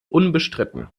unbestritten